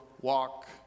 walk